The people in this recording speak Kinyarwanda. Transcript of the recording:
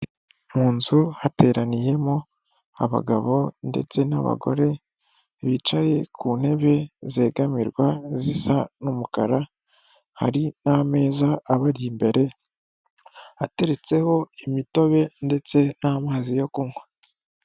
Mu nzu hateraniyemo abagabo ndetse n'abagore bicaye ku ntebe zegamirwa zisa n'umukara hari n'ameza abari imbere ateretseho imitobe ndetse n'amazi yo kunywa.